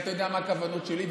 אתה יודע מה הכוונות שלי,